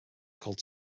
called